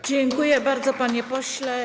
Dziękuję bardzo, panie pośle.